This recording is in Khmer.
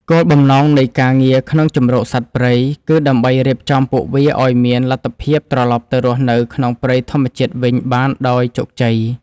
គោលបំណងនៃការងារក្នុងជម្រកសត្វព្រៃគឺដើម្បីរៀបចំពួកវាឱ្យមានលទ្ធភាពត្រលប់ទៅរស់នៅក្នុងព្រៃធម្មជាតិវិញបានដោយជោគជ័យ។